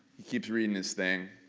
he keeps reading this thing.